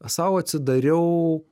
sau atsidariau